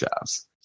jobs